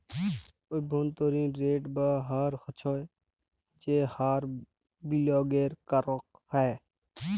অব্ভন্তরীন রেট বা হার হচ্ছ যেই হার বিলিয়গে করাক হ্যয়